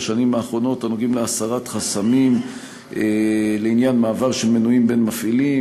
הנוגעים להסרת חסמים לעניין מעבר של מנויים בין מפעילים,